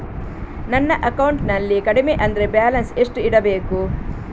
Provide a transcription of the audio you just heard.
ನನ್ನ ಅಕೌಂಟಿನಲ್ಲಿ ಕಡಿಮೆ ಅಂದ್ರೆ ಬ್ಯಾಲೆನ್ಸ್ ಎಷ್ಟು ಇಡಬೇಕು?